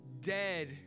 dead